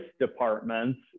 departments